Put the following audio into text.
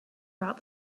about